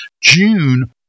June